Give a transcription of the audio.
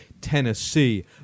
Tennessee